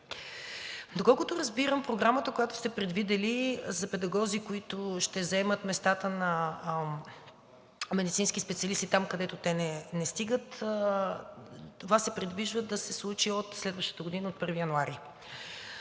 Доколкото разбирам, програмата, която сте предвидили за педагози, които ще заемат местата на медицински специалисти там, където те не стигат, това се предвижда да се случи от следващата година от 1 януари.